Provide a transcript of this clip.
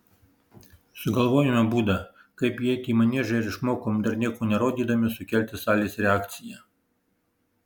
sugalvojome būdą kaip įeiti į maniežą ir išmokom dar nieko nerodydami sukelti salės reakciją